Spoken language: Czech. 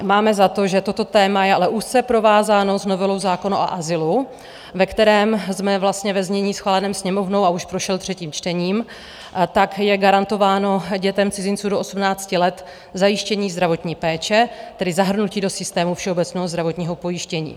Máme za to, že toto téma je ale úzce provázáno s novelou zákona o azylu, ve kterém ve znění schváleném Sněmovnou a už prošel třetím čtením je garantováno dětem cizinců do 18 let zajištění zdravotní péče, tedy zahrnutí do systému všeobecného zdravotního pojištění.